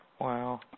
wow